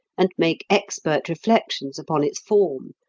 and make expert reflections upon its form,